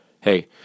Hey